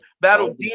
battle